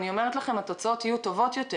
אני אומרת לכם התוצאות יהיו טובות יותר.